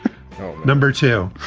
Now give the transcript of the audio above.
number two,